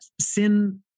sin